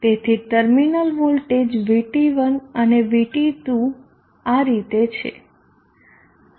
તેથી terminal voltage VT1 અને VT2 આ રીતે છે